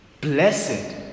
Blessed